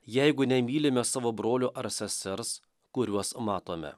jeigu nemylime savo brolio ar sesers kuriuos matome